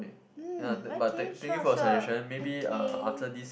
um okay sure sure okay